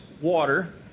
water